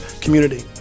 community